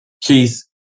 Keith